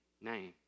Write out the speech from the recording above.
name